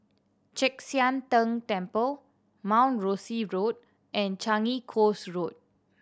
Chek Sian Tng Temple Mount Rosie Road and Changi Coast Road